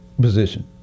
position